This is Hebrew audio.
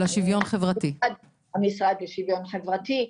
של המשרד לשוויון חברתי.